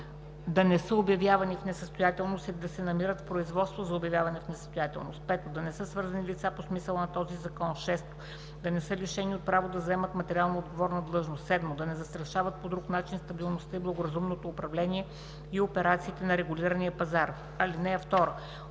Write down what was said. да не са обявявани в несъстоятелност или да не се намират в производство за обявяване в несъстоятелност; 5. да не са свързани лица по смисъла на този закон; 6. да не са лишени от право да заемат материалноотговорна длъжност; 7. да не застрашават по друг начин стабилността и благоразумното управление и операциите на регулирания пазар. (2)